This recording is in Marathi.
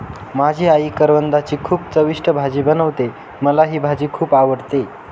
माझी आई करवंदाची खूप चविष्ट भाजी बनवते, मला ही भाजी खुप आवडते